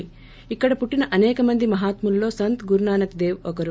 ే ఇక్కడ పుట్టిన అసేకమంది మహాత్ములలో సంత్ గురునానక్ దేవ్ ఒకరు